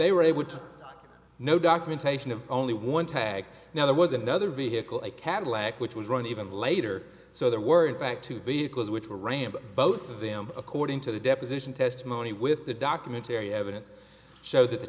they were they would know documentation of only one tag now there was another vehicle a cadillac which was run even later so there weren't back to vehicles which were rampant both of them according to the deposition testimony with the documentary evidence show that the